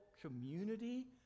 community